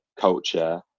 culture